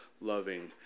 loving